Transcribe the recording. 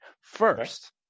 First